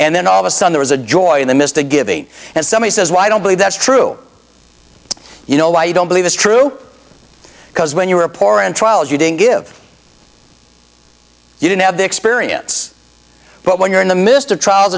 and then all of a son there was a joy in the midst of giving and somebody says well i don't believe that's true you know why you don't believe this true because when you were poor and trials you didn't give you didn't have the experience but when you're in the midst of trials